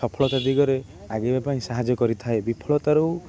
ସଫଳତା ଦିଗରେ ଆଗେଇବା ପାଇଁ ସାହାଯ୍ୟ କରିଥାଏ ବିଫଳତାରୁ